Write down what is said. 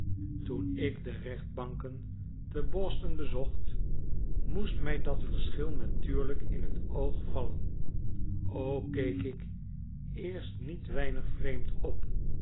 toen ik de rechtbank en te boston bezocht moest mij dat verschil natuurlijk in t oog vallen ook keek ik eerst niet weinig vreemd op